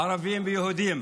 ערבים ויהודים: